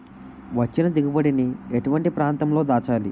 వచ్చిన దిగుబడి ని ఎటువంటి ప్రాంతం లో దాచాలి?